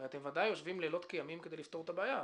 הרי אתם ודאי יושבים לילות כימים כדי לפתור את הבעיה,